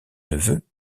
neveux